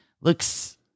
looks